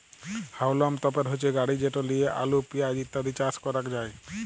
হাউলম তপের হচ্যে গাড়ি যেট লিয়ে আলু, পেঁয়াজ ইত্যাদি চাস ক্যরাক যায়